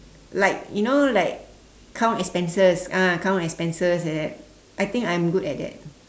like you know like count expenses ah count expenses like that I think I'm good at that